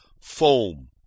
Foam